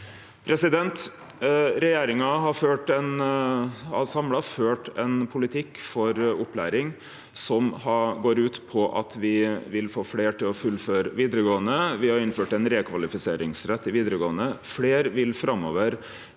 Regjeringa har samla sett ført ein politikk for opplæring som går ut på at me vil få fleire til å fullføre vidaregåande. Me har innført ein rekvalifiseringsrett til vidaregåande. Fleire vil framover